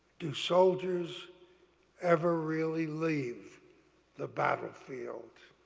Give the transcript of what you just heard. do soldiers ever really leave the battlefield?